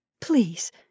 Please